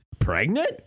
pregnant